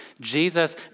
jesus